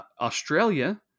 Australia